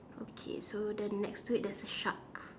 okay so then next to is there's a shark